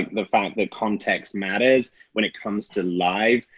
the fact that context matters when it comes to live.